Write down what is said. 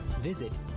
visit